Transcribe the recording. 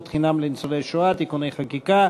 חינם לניצולי שואה (תיקוני חקיקה),